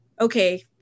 okay